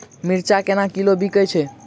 मिर्चा केना किलो बिकइ छैय?